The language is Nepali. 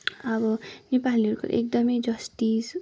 अब नेपालीहरूको एकदमै जस्टिस